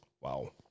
Wow